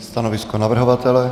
Stanovisko navrhovatele?